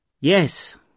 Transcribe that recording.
Yes